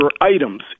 items